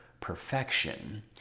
perfection